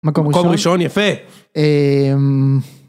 מקום ראשון. יפה. אמממ